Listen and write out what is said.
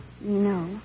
No